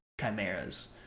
chimeras